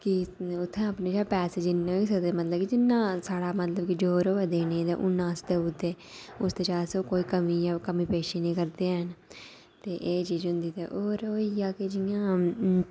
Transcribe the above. ते उत्थै अपने कशा पैसे जिन्ने बी होई सकदा मतलब जिन्ना साढ़ा मदद होऐ देने गी ते उन्ना अस देई ओड़दे उस च अस कोई कमी पेशी निं करदे हैन ते एह् चीज होंदी होर होई गेआ जि'यां